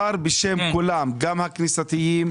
הכנסייתיים,